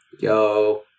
Yo